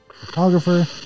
photographer